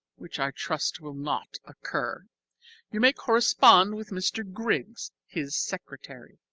which i trust will not occur you may correspond with mr. griggs, his secretary.